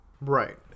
right